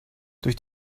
durch